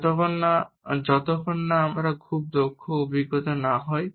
যতক্ষণ না এবং যতক্ষণ না আমরা খুব দক্ষ অভিনেতা না হই